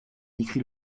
écrit